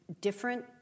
different